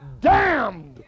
damned